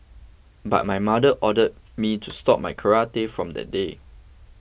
but my mother ordered me to stop my karate from the day